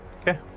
Okay